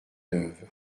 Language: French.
neuve